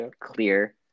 clear